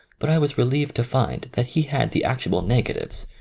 but i was relieved to find that he had the actual negatives,